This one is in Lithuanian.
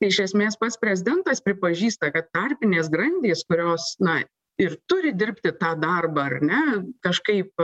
tai iš esmės pats prezidentas pripažįsta kad tarpinės grandys kurios na ir turi dirbti tą darbą ar ne kažkaip